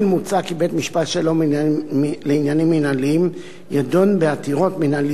מוצע כי בית-משפט שלום לעניינים מינהליים ידון בעתירות מינהליות,